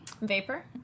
vapor